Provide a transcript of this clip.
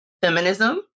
feminism